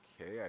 okay